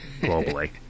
globally